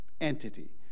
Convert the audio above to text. entity